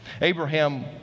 Abraham